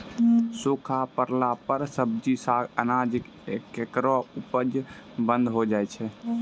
सूखा परला पर सब्जी, साग, अनाज केरो उपज बंद होय जाय छै